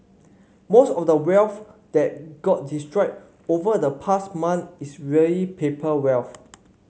most of the wealth that got destroyed over the past month is really paper wealth